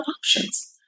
options